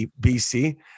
BC